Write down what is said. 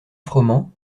froment